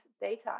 data